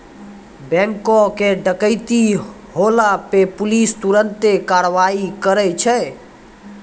बैंको के डकैती होला पे पुलिस तुरन्ते कारवाही करै छै